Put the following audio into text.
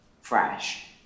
fresh